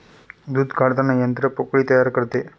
दूध काढताना यंत्र पोकळी तयार करते